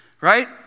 right